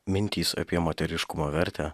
mintys apie moteriškumo vertę